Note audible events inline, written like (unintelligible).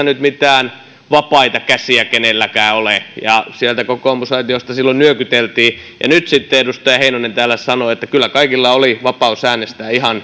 (unintelligible) nyt mitään vapaita käsiä kenelläkään ole ja sieltä kokoomusaitiosta silloin nyökyteltiin ja nyt sitten edustaja heinonen täällä sanoo että kyllä kaikilla oli vapaus äänestää ihan (unintelligible)